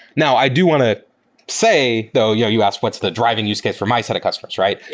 now i do want to say though, you asked what's the driving use case for my set of customers, right?